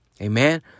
amen